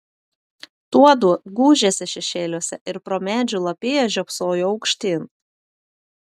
tuodu gūžėsi šešėliuose ir pro medžių lapiją žiopsojo aukštyn